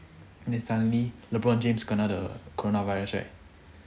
then suddenly lebron james kena the coronavirus right